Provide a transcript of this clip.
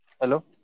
Hello